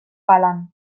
palan